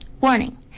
Warning